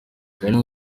danny